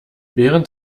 während